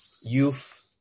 youth